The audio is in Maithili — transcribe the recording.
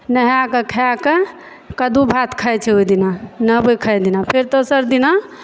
नहाइ खाइक कद्दू भात खाइ छै ओहि दिना नहबै खाय दिना फेर तेसर दिना